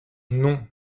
non